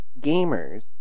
gamers